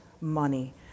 money